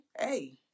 hey